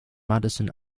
madison